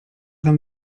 nam